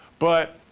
but